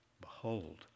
Behold